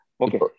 Okay